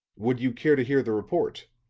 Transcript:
would you care to hear the report?